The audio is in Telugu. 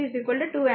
కాబట్టి 12 వోల్ట్